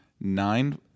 nine